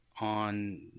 on